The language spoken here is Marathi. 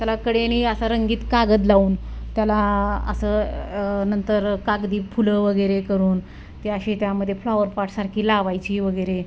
त्याला कडेने असं रंगीत कागद लावून त्याला असं नंतर कागदी फुलं वगैरे करून ते असे त्यामध्ये फ्लावर पॉटसारखी लावायची वगैरे